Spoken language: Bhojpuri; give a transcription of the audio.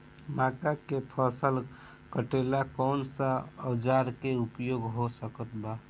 मक्का के फसल कटेला कौन सा औजार के उपयोग हो सकत बा?